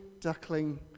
duckling